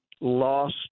lost